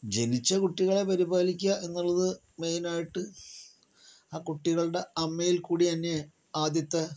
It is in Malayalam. ജനിച്ച കുട്ടികളെ പരിപാലിക്കുക എന്നുള്ളത് മെയിനായിട്ട് ആ കുട്ടികളുടെ അമ്മയിൽക്കൂടിത്തന്നെ ആദ്യത്തെ